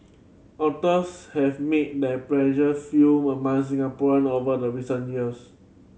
otters have made their pleasure feel among Singaporean over the recent years